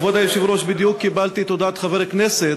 כבוד היושב-ראש, בדיוק קיבלתי את תעודת חבר הכנסת,